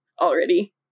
already